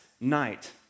night